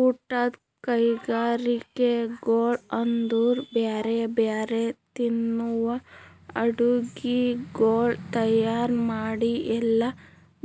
ಊಟದ್ ಕೈಗರಿಕೆಗೊಳ್ ಅಂದುರ್ ಬ್ಯಾರೆ ಬ್ಯಾರೆ ತಿನ್ನುವ ಅಡುಗಿಗೊಳ್ ತೈಯಾರ್ ಮಾಡಿ ಎಲ್ಲಾ